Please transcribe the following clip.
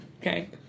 okay